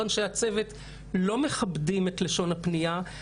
אנשי הצוות לא מכבדים את לשון הפנייה,